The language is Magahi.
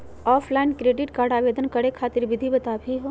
ऑफलाइन क्रेडिट कार्ड आवेदन करे खातिर विधि बताही हो?